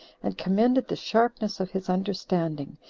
and commended the sharpness of his understanding,